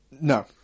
No